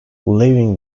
leaving